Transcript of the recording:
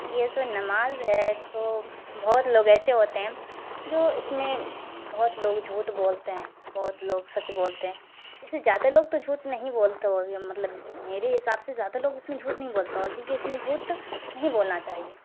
یہ جو نماز ہے تو بہت لوگ ایسے ہوتے ہیں جو اس میں بہت لوگ جھوٹ بولتے ہیں بہت لوگ سچ بولتے ہیں ویسے زیادہ لوگ تو جھوٹ نہیں بولتے ہوں گے مطلب میرے حساب سے زیادہ لوگ اس میں جھوٹ نہیں بولتا ہوگا کیوں کہ اس میں جھوٹ نہیں بولنا چاہیے